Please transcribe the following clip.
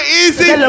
easy